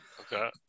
Okay